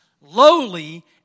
lowly